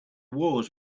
wars